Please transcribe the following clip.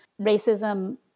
Racism